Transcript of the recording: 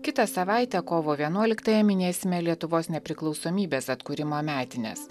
kitą savaitę kovo vienuoliktąją minėsime lietuvos nepriklausomybės atkūrimo metines